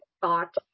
thought